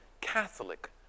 Catholic